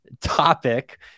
topic